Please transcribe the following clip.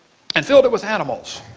and filled it with animals.